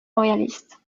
royalistes